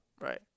Right